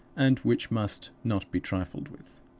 and which must not be trifled with.